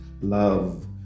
love